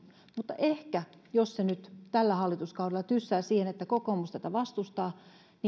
mutta ehkä jos se nyt tällä hallituskaudella tyssää siihen että kokoomus tätä vastustaa